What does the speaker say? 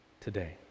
today